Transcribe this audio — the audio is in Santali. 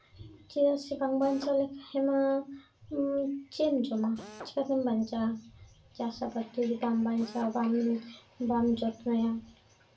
ᱪᱮᱫᱟᱜ ᱥᱮ ᱵᱟᱝ ᱵᱟᱧᱪᱟᱣ ᱞᱮᱠᱷᱟᱡ ᱢᱟ ᱪᱮᱫ ᱮᱢ ᱡᱚᱢᱟ ᱪᱤᱠᱟᱛᱮᱢ ᱵᱟᱧᱪᱟᱜᱼᱟ ᱪᱟᱥ ᱟᱵᱟᱫ ᱡᱩᱫᱤ ᱟᱢ ᱵᱟᱧᱪᱟᱣᱟ ᱵᱟᱢ ᱵᱟᱢ ᱡᱚᱛᱱᱚᱭᱟ